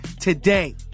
today